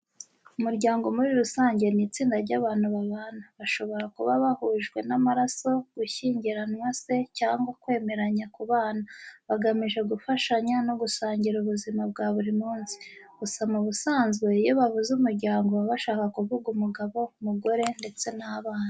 Umuryango muri rusange ni itsinda ry’abantu babana, bashobora kuba bahujwe n’amaraso, gushyingiranwa se, cyangwa kwemeranya kubana, bagamije gufashanya no gusangira ubuzima bwa buri munsi. Gusa mu busanzwe, iyo bavuze umuryango baba bashaka kuvuga umugabo, umugore ndetse n'abana.